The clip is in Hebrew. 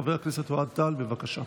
חבר הכנסת אוהד טל, בבקשה.